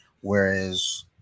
Whereas